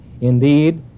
Indeed